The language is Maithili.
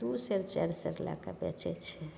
दुइ सेर चारि सेर लैके बेचै छै